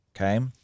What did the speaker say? Okay